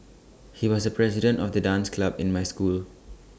he was the president of the dance club in my school